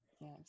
yes